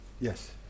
Yes